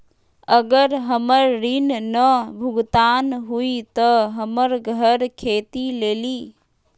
अगर हमर ऋण न भुगतान हुई त हमर घर खेती लेली?